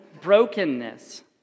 brokenness